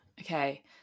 Okay